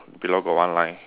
below got one line